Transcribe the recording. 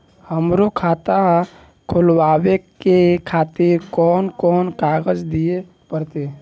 हमरो खाता खोलाबे के खातिर कोन कोन कागज दीये परतें?